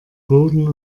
boden